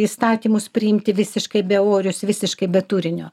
įstatymus priimti visiškai beorius visiškai be turinio